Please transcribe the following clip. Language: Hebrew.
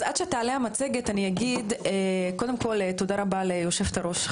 עד שתעלה המצגת אני אגיד קודם כול תודה רבה ליושבת הראש,